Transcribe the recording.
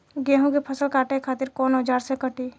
गेहूं के फसल काटे खातिर कोवन औजार से कटी?